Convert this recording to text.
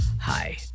hi